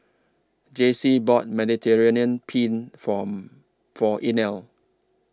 Jacey bought Mediterranean Penne For For Inell